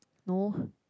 no